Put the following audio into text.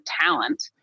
talent